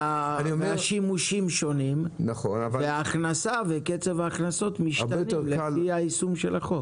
השימושים שונים וההכנסה וקצב ההכנסות משתנים על פי יישום החוק.